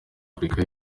afurika